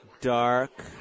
dark